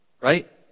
Right